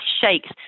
shakes